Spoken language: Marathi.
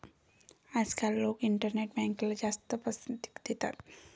आजकाल लोक इंटरनेट बँकला जास्त पसंती देतात